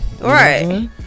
Right